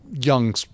young